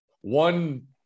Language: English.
one